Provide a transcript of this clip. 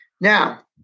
Now